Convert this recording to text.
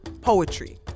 Poetry